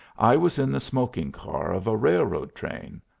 i was in the smoking-car of a railroad-train,